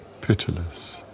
pitiless